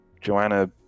Joanna